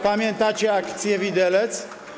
Pamiętacie ˝akcję widelec˝